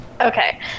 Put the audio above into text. okay